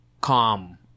calm